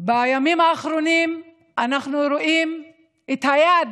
בימים האחרונים אנחנו רואים את היד